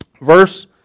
Verse